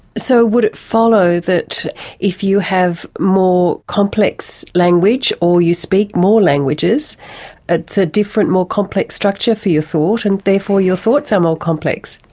so would it follow that if you have more complex language or you speak more languages it's a different more complex structure for your thought and therefore your thoughts are ah more complex?